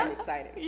um excited.